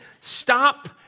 Stop